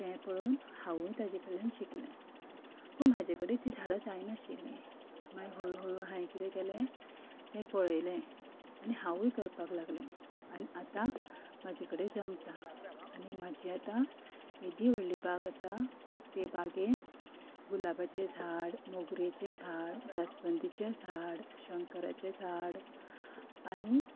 तें पळोवन हांवूय ताचे कडल्यान शिकलें पूण म्हाजे कडेन तीं झाडां जायनाशिल्लीं मागीर हळू हळू हांयें कितें केलें तें पळयलें आनी हांवूय करपाक लागलें आनी आतां म्हाजे कडेन जमता आनी म्हाजी आतां येदी व्हडली बाग आसा ते बागेंत गुलाबाचें झाड मोगरेचें झाड जासवंदीचें झाड शंकराचें झाड आनी